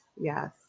yes